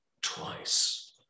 twice